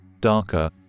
darker